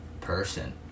person